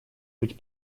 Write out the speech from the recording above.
быть